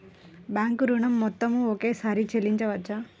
Bank ఋణం మొత్తము ఒకేసారి చెల్లించవచ్చా?